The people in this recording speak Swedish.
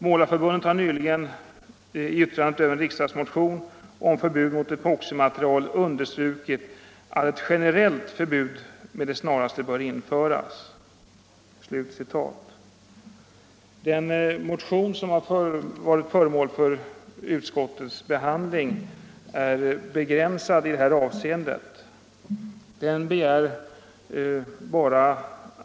Målareförbundet har nyligen, i yttrandet över en riksdagsmotion om förbud mot epoximaterial, understrukit att ett generellt förbud med det snaraste bör införas.” Den motion som har varit föremål för utskottets behandling är i detta avseende begränsad.